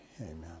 Amen